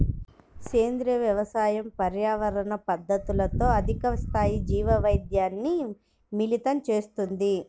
సేంద్రీయ వ్యవసాయం పర్యావరణ పద్ధతులతో అధిక స్థాయి జీవవైవిధ్యాన్ని మిళితం చేస్తుంది